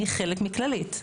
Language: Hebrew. אני חלק מכללית.